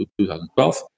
2012